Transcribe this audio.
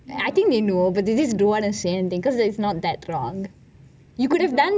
I think they know but they just don't want to say anything because there's not that wrong you could have